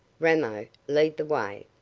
ramo, lead the way.